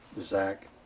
Zach